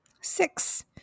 six